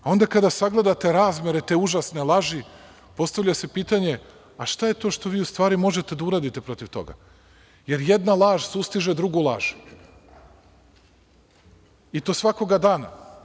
Onda kada sagledate razmere te užasne laži, postavlja se pitanje – šta je to u stvari što vi možete da uradite protiv toga jer jedna laž sustiže drugu laž i to svakoga dana.